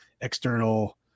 external